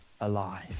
alive